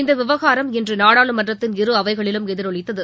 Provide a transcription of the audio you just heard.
இந்த விவகாரம் இன்று நாடாளுமன்றத்தின் இரு அவைகளிலும் எதிரொலித்தது